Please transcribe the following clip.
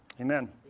amen